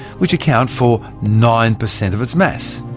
which account for nine percent of its mass.